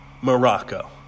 Morocco